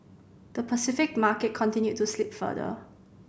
the Pacific market continued to slip further